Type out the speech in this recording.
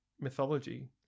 mythology